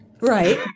Right